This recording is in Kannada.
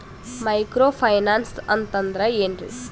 ಮೈಕ್ರೋ ಫೈನಾನ್ಸ್ ಅಂತಂದ್ರ ಏನ್ರೀ?